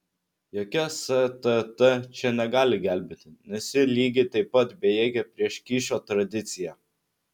jokia stt čia negali gelbėti nes ji lygiai taip pat bejėgė prieš kyšio tradiciją